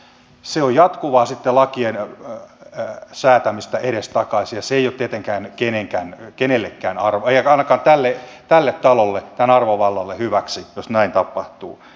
se on sitten jatkuvaa lakien säätämistä edestakaisin ja se ei ole tietenkään kenellekään eikä ainakaan tälle talolle tämän arvovallalle hyväksi jos näin tapahtuu